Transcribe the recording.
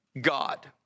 God